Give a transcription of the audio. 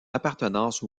appartenance